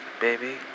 baby